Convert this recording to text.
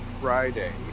Friday